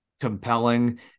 compelling